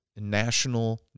national